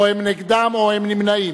או הם נגדם או הם נמנעים.